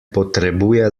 potrebuje